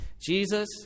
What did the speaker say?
Jesus